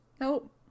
Nope